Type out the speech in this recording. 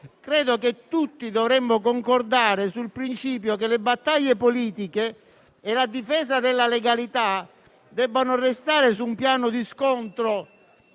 credo che tutti noi dovremmo concordare sul principio che le battaglie politiche e la difesa della legalità debbano restare su un piano di scontro